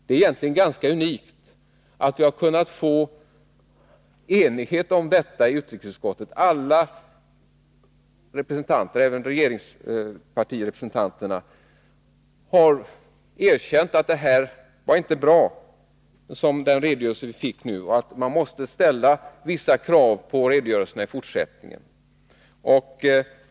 Det är egentligen ganska unikt att vi har kunnat få enighet om detta i utrikesutskottet. Alla representanter — även regeringspartirepresentanterna — har erkänt att den redogörelse som vi fick nu inte var bra och att det måste ställas vissa krav på redogörelserna i fortsättningen.